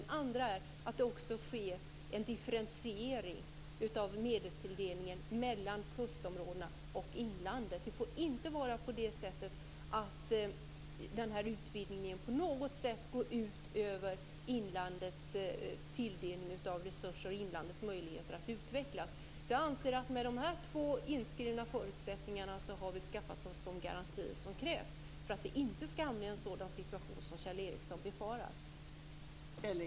Den andra är att det också sker en differentiering av medelstilldelningen mellan kustområdena och inlandet. Det får inte vara så att utvidgningen på något sätt går ut över inlandets tilldelning av resurser och dess möjligheter att utvecklas. Jag anser att vi med de här två inskrivna förutsättningarna har skaffat oss de garantier som krävs för att vi inte skall hamna i en sådan situation som Kjell Ericsson befarar.